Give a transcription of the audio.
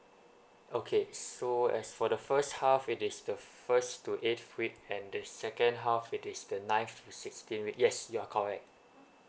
okay so as for the first half of it is the first to eighth week and the second half it is the ninth to sixteenth week yes you're correct